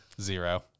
Zero